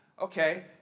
Okay